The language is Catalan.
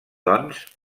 doncs